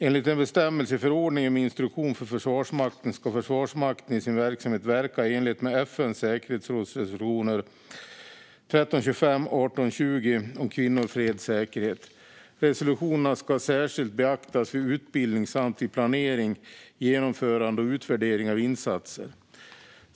Enligt en bestämmelse i förordningen med instruktion för Försvarsmakten ska Försvarsmakten i sin verksamhet verka i enlighet med FN:s säkerhetsråds resolutioner 1325 och 1820 om kvinnor, fred och säkerhet. Resolutionerna ska särskilt beaktas vid utbildning samt vid planering, genomförande och utvärdering av insatser.